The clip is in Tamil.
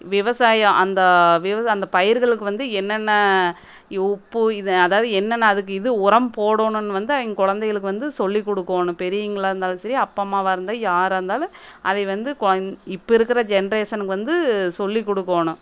விவசாயம் அந்த விவசாய அந்த பயிர்களுக்கு வந்து என்னென்ன உப்பு இது அதாவது என்னென்ன அதுக்கு இது உரம் போடணும்னு வந்து அவங்க கொழந்தைகளுக்கு வந்து சொல்லி கொடுக்கோணும் பெரியவங்களா இருந்தாலும் சரி அப்பா அம்மாவாக இருந்தால் யாராக இருந்தாலும் அதை வந்து கொ இப்போ இருக்கிற ஜெனரேஷனுக்கு வந்து சொல்லி கொடுக்கோணும்